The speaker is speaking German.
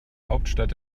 hauptstadt